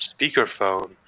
speakerphone